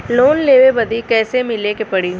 Loan लेवे बदी कैसे मिले के पड़ी?